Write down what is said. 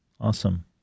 Awesome